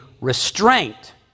restraint